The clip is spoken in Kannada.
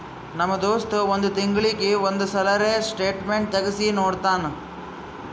ನಮ್ ದೋಸ್ತ್ ಒಂದ್ ತಿಂಗಳೀಗಿ ಒಂದ್ ಸಲರೇ ಸ್ಟೇಟ್ಮೆಂಟ್ ತೆಗ್ಸಿ ನೋಡ್ತಾನ್